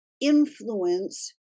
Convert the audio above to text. influence